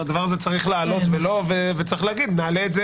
הדבר הזה צריך לעלות וצריך להגיד, נעלה את זה